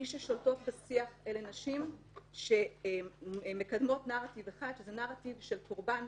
מי ששולטות בשיח אלה נשים שמקדמות נרטיב אחד שזה נרטיב של קורבן.